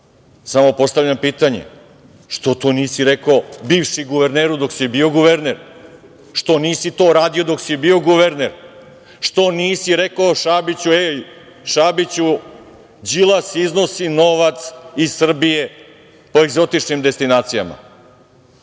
Samo postavljam pitanje – što to nisi rekao, bivši guverneru, dok si bio guverner, što nisi to radio dok si bio guverner? Što nisi rekao Šabiću – Šabiću, Đilas iznosi novac iz Srbije po egzotičnim destinacija.